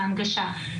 ההנגשה.